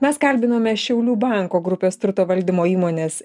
mes kalbinome šiaulių banko grupės turto valdymo įmonės